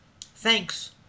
Thanks